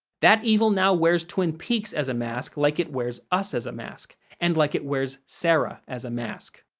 that evil now wears twin peaks as a mask like it wears us as a mask, and like it wears sarah as a mask.